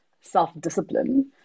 self-discipline